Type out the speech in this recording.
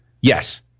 Yes